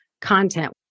content